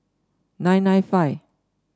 nine nine five